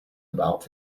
about